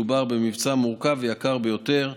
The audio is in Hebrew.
מדובר במבצע מורכב ויקר ביותר,